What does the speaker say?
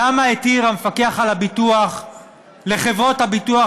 למה התיר המפקח על הביטוח לחברות הביטוח